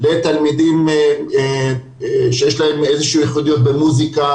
לתלמידים שיש להם איזו שהיא --- במוזיקה,